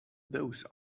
those